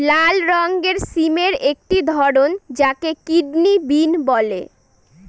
লাল রঙের সিমের একটি ধরন যাকে কিডনি বিন বলে